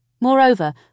Moreover